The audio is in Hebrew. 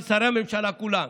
של שרי הממשלה כולה,